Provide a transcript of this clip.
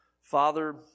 Father